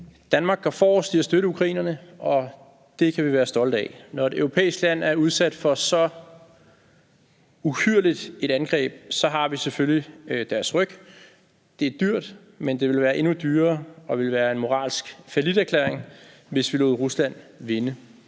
Danmark går forrest i at støtte ukrainerne, og det kan vi være stolte af. Når et europæisk land er udsat for så uhyrligt et angreb, har vi selvfølgelig deres ryg. Det er dyrt, men det ville være endnu dyrere og ville være en moralsk falliterklæring, hvis vi lod Rusland vinde.